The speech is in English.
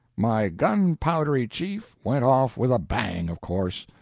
my gun-powdery chief went off with a bang, of course,